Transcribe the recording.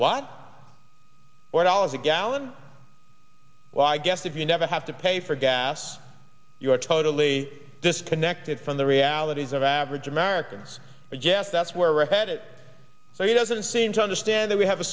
what or dollars a gallon well i guess if you never have to pay for gas you're totally disconnected from the realities of average americans i guess that's where we're headed so he doesn't seem to understand that we have a